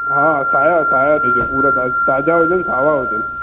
हा हा सावा सावा ॾिजो पूरा ताज़ा हुजनि सावा हुजनि